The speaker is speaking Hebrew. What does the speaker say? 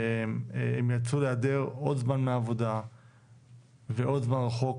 הם יאלצו להיעדר עוד זמן מהעבודה ועוד זמן רחוק,